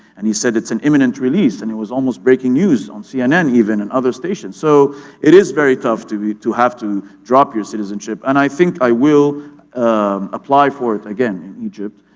and he said, it's an imminent release, and it was almost breaking news on cnn, even, and other stations. so it is very tough to to have to drop your citizenship and i think i will um apply for it again in egypt.